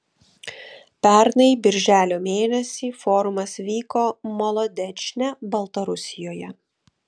pernai birželio mėnesį forumas vyko molodečne baltarusijoje